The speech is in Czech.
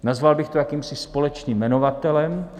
Nazval bych to jakýmsi společným jmenovatelem.